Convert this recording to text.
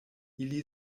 ili